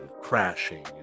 crashing